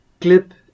clip